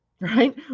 right